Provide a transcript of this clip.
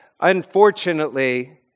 unfortunately